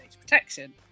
protection